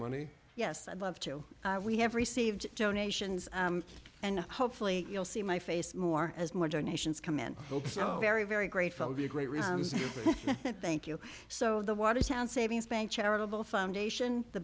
money yes i'd love to we have received donations and hopefully you'll see my face more as more donations come in very very grateful to be a great read thank you so the watertown savings bank charitable foundation the